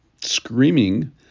screaming